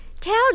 tell